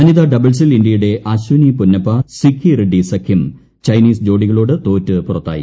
വനിതാ ഡബിൾസിൽ ഇന്ത്യയുടെ അശ്വനി പൊന്നപ്പ സിക്കി റെഡ്ഡി സഖ്യം ചൈനീസ് ജോഡികളോട് തോറ്റ് പുറത്തായി